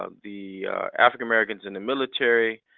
um the african-americans in the military,